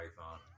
python